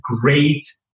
great